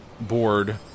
board